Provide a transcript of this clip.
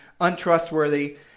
untrustworthy